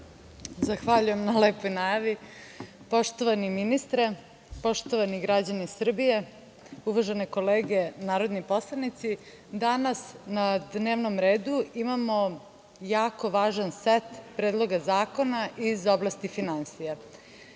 Zahvaljujem na lepoj najavi. Poštovani ministre, poštovani građani Srbije, uvažene kolege narodni poslanici, danas na dnevnom redu imamo jako važan set predloga zakona iz oblasti finansija. Sa